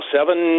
Seven